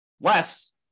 Less